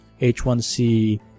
H1C